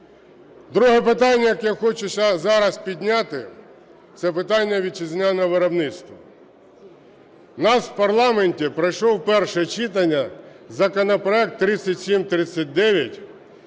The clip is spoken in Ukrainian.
Друге питання, яке я хочу зараз підняти, – це питання вітчизняного виробництва. В нас в парламенті пройшов перший читання законопроект 3739,